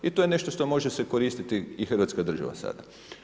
I to je nešto što može koristiti Hrvatska država sada.